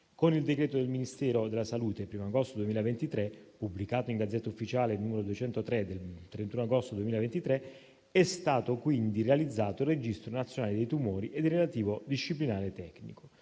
Con il decreto del Ministero della salute 1° agosto 2023, pubblicato in *Gazzetta Ufficiale* n. 203 del 31 agosto 2023, è stato quindi realizzato il registro nazionale dei tumori e il relativo disciplinare tecnico.